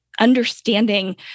understanding